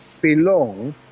belong